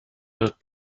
wird